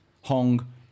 Hong